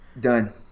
Done